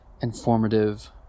informative